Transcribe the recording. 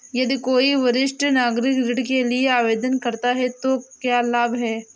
यदि कोई वरिष्ठ नागरिक ऋण के लिए आवेदन करता है तो क्या लाभ हैं?